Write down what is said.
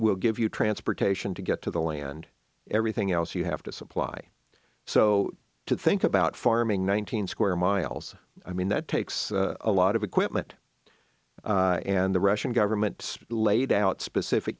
we'll give you transportation to get to the land everything else you have to supply so to think about farming one thousand square miles i mean that takes a lot of equipment and the russian government laid out specific